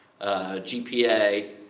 GPA